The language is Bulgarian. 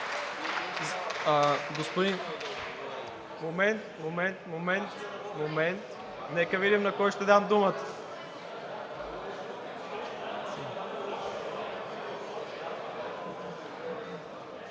Момент, момент, момент, нека да видим на кого ще дам думата